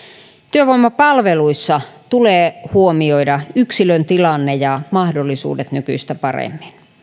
työvoimapalveluissa tulee huomioida yksilön tilanne ja mahdollisuudet nykyistä paremmin